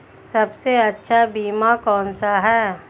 सबसे अच्छा बीमा कौन सा है?